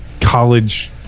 college